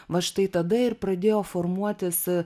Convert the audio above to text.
va štai tada ir pradėjo formuotis